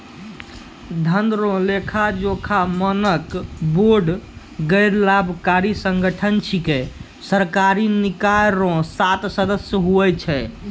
धन रो लेखाजोखा मानक बोर्ड गैरलाभकारी संगठन छिकै सरकारी निकाय रो सात सदस्य हुवै छै